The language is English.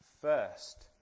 first